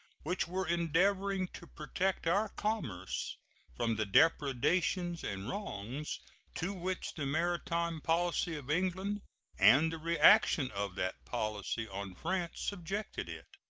which were endeavoring to protect our commerce from the depredations and wrongs to which the maritime policy of england and the reaction of that policy on france subjected it.